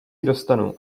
dostanu